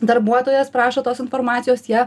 darbuotojas prašo tos informacijos jie